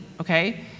okay